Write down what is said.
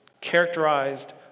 Characterized